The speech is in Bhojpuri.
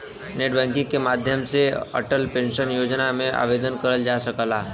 नेटबैंकिग के माध्यम से अटल पेंशन योजना में आवेदन करल जा सकला